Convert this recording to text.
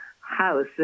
house